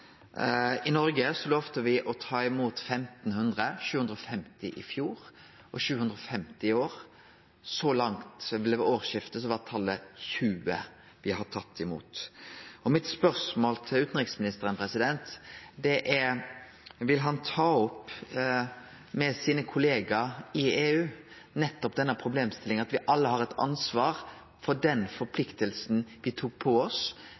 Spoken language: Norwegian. I Noreg lovde me å ta imot 1 500–750 i fjor og 750 i år. Så langt, ved årsskiftet, var talet på dei me har tatt imot, 20. Mitt spørsmål til utanriksministeren er: Vil utanriksministeren ta opp med sine kollegaar i EU nettopp denne problemstillinga, at me alle har eit ansvar for den forpliktinga me tok på oss,